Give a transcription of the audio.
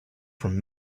from